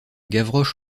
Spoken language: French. gavroche